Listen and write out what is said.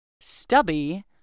stubby